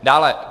Dále.